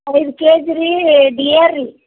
ಐದು ಕೆ ಜ್ ರಿ ಡಿಯ ರಿ